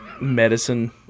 medicine